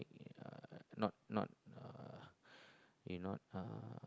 uh not not uh he not uh